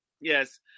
Yes